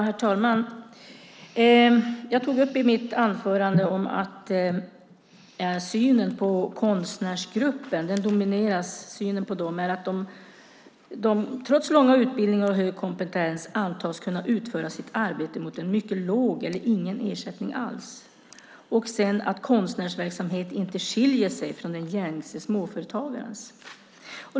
Herr talman! Jag tog i mitt anförande upp synen på konstnärsgruppen. Den domineras av att konstnärerna trots långa utbildningar och hög kompetens antas kunna utföra sitt arbete mot en mycket låg eller ingen ersättning alls och att en konstnärsverksamhet inte skiljer sig från den gängse småföretagarens.